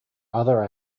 other